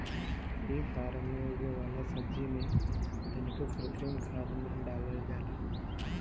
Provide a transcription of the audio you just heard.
इ फार्म में उगे वाला सब्जी में तनिको कृत्रिम खाद ना डालल जाला